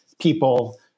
people